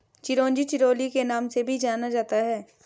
चिरोंजी चिरोली के नाम से भी जाना जाता है